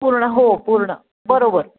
पूर्ण हो पूर्ण बरोबर